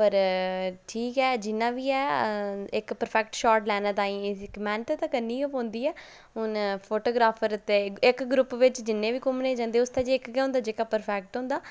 पर ठीक ऐ जि'यां बी ऐ इक परफैक्ट शाट लैने ताईं इक मेह्नत ते करने गै पौंदी ऐ हुन फोटोग्राफर ते इक इक ग्रुप बिच जिन्ने बी घुम्मने ई जंदे उसदे च इक गै होंदा जेह्का परफैक्ट होंदा